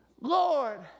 Lord